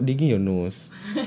can you stop digging your nose